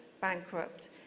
bankrupt